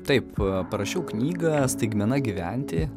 taip parašiau knygą staigmena gyventi